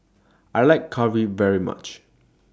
I like Curry very much